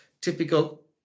typical